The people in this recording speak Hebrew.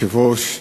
אדוני היושב-ראש,